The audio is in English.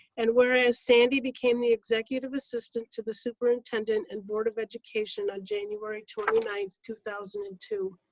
and whereas sandy became the executive assistant to the superintendent and board of education on january twenty nine, two thousand and two,